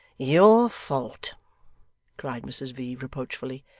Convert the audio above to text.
your fault cried mrs v. reproachfully.